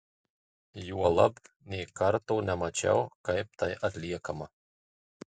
juolab nė karto nemačiau kaip tai atliekama